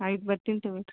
ಆಯ್ತು ಬರ್ತಿನಿ ತೊಗೊಳ್ಳರಿ